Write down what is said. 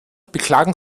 beklagen